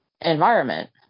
environment